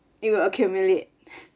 it will accumulate